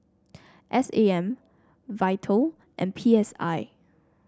S A M Vital and P S I